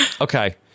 Okay